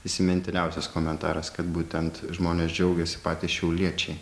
įsimintiniausias komentaras kad būtent žmonės džiaugiasi patys šiauliečiai